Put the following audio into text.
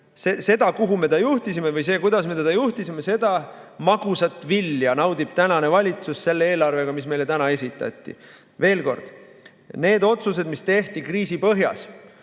Seda, kuhu me ta juhtisime, või selle magusat vilja, kuidas me teda juhtisime, naudib tänane valitsus selle eelarvega, mis meile täna esitati. Veel kord: need otsused, mis tehti kriisi põhjas